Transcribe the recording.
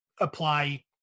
apply